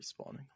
respawning